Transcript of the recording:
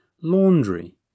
laundry